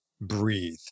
breathe